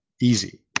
easy